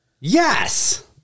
Yes